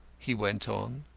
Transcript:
he went on,